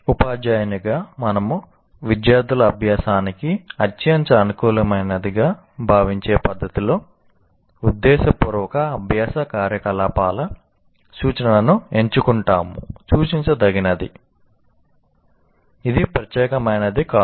ఉపాధ్యాయునిగా మనము విద్యార్థుల అభ్యాసానికి అత్యంత అనుకూలమైనదిగా భావించే పద్ధతిలో 'ఉద్దేశపూర్వక అభ్యాస కార్యకలాపాల' సూచనను ఎంచుకుంటాము సూచించదగినది ఇది ప్రత్యేకమైనది కాదు